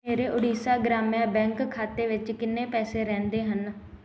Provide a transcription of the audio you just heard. ਮੇਰੇ ਓਡੀਸ਼ਾ ਗ੍ਰਾਮਿਆ ਬੈਂਕ ਖਾਤੇ ਵਿੱਚ ਕਿੰਨੇ ਪੈਸੇ ਰਹਿੰਦੇ ਹਨ